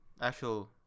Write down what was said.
actual